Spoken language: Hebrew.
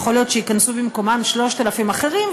יכול להיות שייכנסו במקומם 3,000 אחרים,